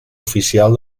oficial